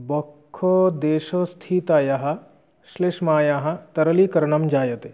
वक्षदेशस्थितायाः श्लेष्मायाः सरलीकरणं जायते